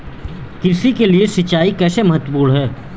कृषि के लिए सिंचाई कैसे महत्वपूर्ण है?